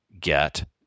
get